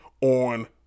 on